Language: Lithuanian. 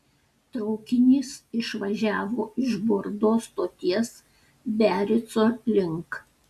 traukinys išvažiavo iš bordo stoties biarico link